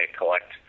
collect